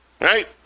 right